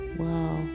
wow